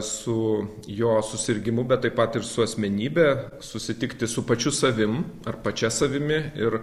su jo susirgimu bet taip pat ir su asmenybe susitikti su pačiu savim ar pačia savimi ir